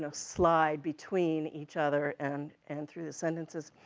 so slide between each other, and and through the sentences,